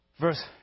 verse